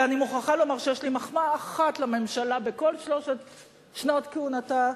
ואני מוכרחה לומר שיש לי מחמאה אחת לממשלה בכל שלוש שנות כהונתה,